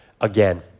again